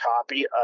copy